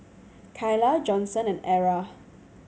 Kyla Johnson and Arra